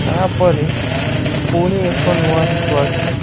ତାପରେ ପୁଣି ଏକ ନୂଆ ଋତୁ ଆସେ